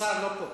השר לא פה.